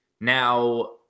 Now